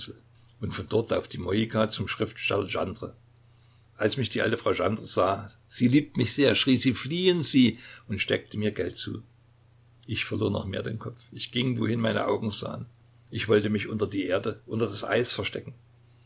und von dort auf die moika zum schriftsteller gendre als mich die alte frau gendre sah sie liebt mich sehr schrie sie fliehen sie und steckte mir geld zu ich verlor noch mehr den kopf ich ging wohin meine augen sahen ich wollte mich unter die erde unter das eis verstecken